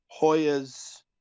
Hoyas